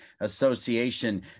Association